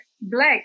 black